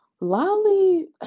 Lolly